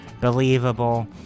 believable